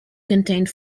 contained